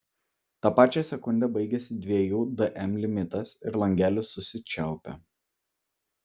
tą pačią sekundę baigiasi dviejų dm limitas ir langelis susičiaupia